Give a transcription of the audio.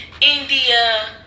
India